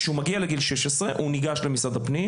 כשהוא מגיע לגיל 16 הוא ניגש למשרד הפנים